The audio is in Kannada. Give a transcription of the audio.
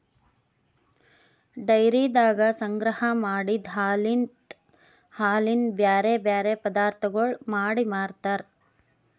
ಡೈರಿದಾಗ ಸಂಗ್ರಹ ಮಾಡಿದ್ ಹಾಲಲಿಂತ್ ಹಾಲಿನ ಬ್ಯಾರೆ ಬ್ಯಾರೆ ಪದಾರ್ಥಗೊಳ್ ಮಾಡಿ ಮಾರ್ತಾರ್